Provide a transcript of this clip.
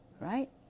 Right